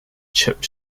chip